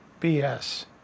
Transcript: BS